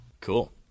Cool